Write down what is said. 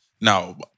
Now